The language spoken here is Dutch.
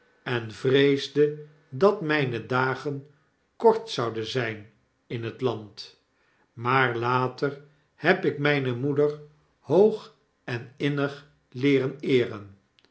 en vreesde dat mijne dagen kort zouden zyn in het land maar later heb ik myne moeder hoog en innig leer en eeren